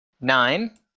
Nine